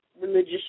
religious